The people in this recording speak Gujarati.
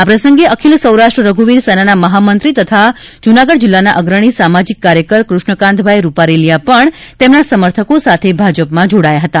આ પ્રસંગે અખિલ સૌરાષ્ટ્ર રહ્યુવીર સેનાના મહામંત્રી તથા જૂનાગઢ જિલ્લાના અગ્રણી સામાજિક કાર્યકર કૃષ્ણકાંતભાઇ રૂપારેલીયા પણ તેમના સમર્થકો સાથે ભાજપમાં જોડાયા હતા